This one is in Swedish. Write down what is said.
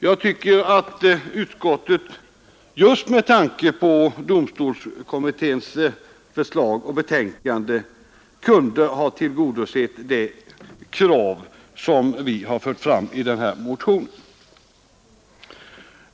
Jag tycker att utskottet just med tanke på domstolskommitténs betänkande kunde ha tillgodosett det krav som vi har fört fram i motionen.